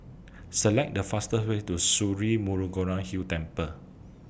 Select The fastest Way to Sri Murugan Hill Temple